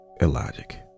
illogic